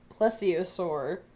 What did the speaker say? plesiosaur